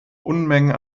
unmengen